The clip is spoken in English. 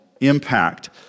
impact